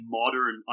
modern